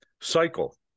cycle